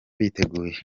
biteguye